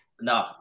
no